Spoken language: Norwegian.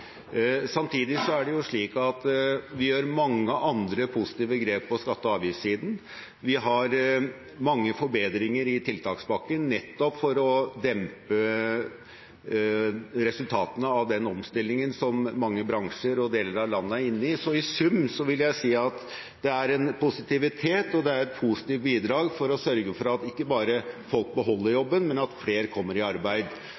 Samtidig er det slik at vi gjør mange andre positive grep på skatte- og avgiftssiden. Vi har mange forbedringer i tiltakspakken, nettopp for å dempe resultatene av den omstillingen som mange bransjer og deler av landet er inne i. Så i sum vil jeg si at det er en positivitet, og det er et positivt bidrag for ikke bare å sørge for at folk beholder jobben, men at flere kommer i arbeid.